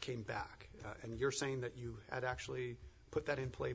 came back and you're saying that you had actually put that in play